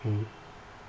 mmhmm